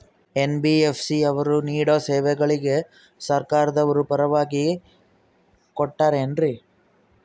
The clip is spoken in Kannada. ಎನ್.ಬಿ.ಎಫ್.ಸಿ ಅವರು ನೇಡೋ ಸೇವೆಗಳಿಗೆ ಸರ್ಕಾರದವರು ಪರವಾನಗಿ ಕೊಟ್ಟಾರೇನ್ರಿ?